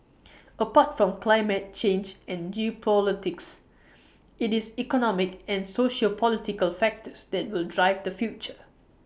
apart from climate change and geopolitics IT is economic and sociopolitical factors that will drive the future